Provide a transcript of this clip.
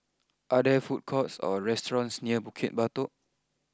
are there food courts or restaurants near Bukit Batok